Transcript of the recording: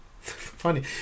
Funny